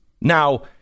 Now